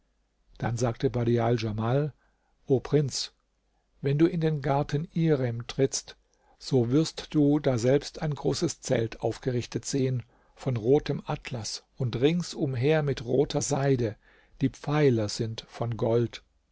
dann sagte badial djamal o prinz wenn du in den garten irem trittst so wirst du daselbst ein großes zelt aufgerichtet sehen von rotem atlas und rings umher mit roter seide die pfeiler sind von gold